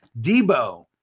Debo